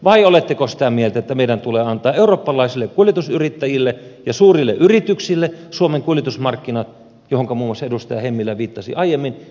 vai oletteko sitä mieltä että meidän tulee antaa eurooppalaisille kuljetusyrittäjille ja suurille yrityksille suomen kuljetusmarkkinat mihinkä muun muassa edustaja hemmilä viittasi aiemmin